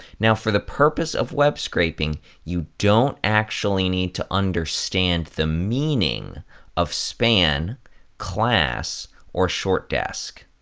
now for the purpose of web scraping you don't actually need to understand the meaning of span class or short-desc.